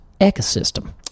ecosystem